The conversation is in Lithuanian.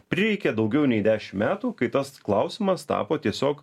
prireikė daugiau nei dešimt metų kai tas klausimas tapo tiesiog